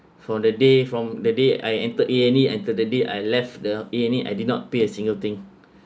for the day from the day I entered a and e and till the day I left the a and e I did not pay a single thing